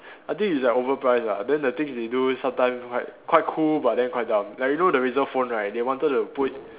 I think it's like overpriced lah then the things they do is like quite cool but then quite dumb like you know the Razor phone right they wanted to put